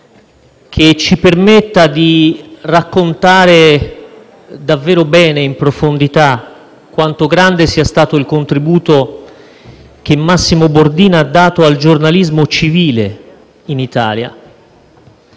che ci permetta di raccontare bene e in profondità quanto grande sia stato il contributo che Massimo Bordin ha dato al giornalismo civile in Italia.